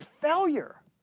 failure